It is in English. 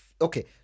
Okay